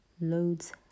loads